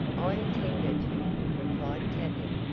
i intend her to, replied tavia.